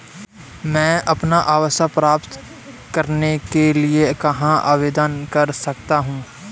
मैं अपना आवास प्राप्त करने के लिए कहाँ आवेदन कर सकता हूँ?